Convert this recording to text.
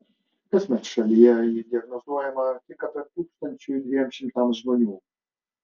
kasmet šalyje ji diagnozuojama tik apie tūkstančiui dviem šimtams žmonių